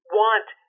want